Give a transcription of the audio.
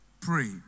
Pray